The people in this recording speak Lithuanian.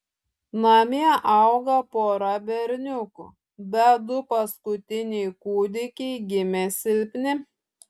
namie auga pora berniukų bet du paskutiniai kūdikiai gimė silpni